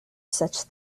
such